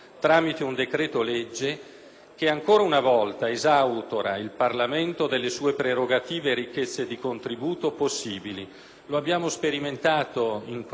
che, ancora una volta, esautora il Parlamento delle sue prerogative e ricchezze di contributo possibili. Lo abbiamo sperimentato in queste poche settimane,